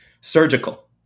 Surgical